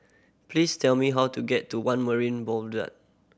please tell me how to get to One Marin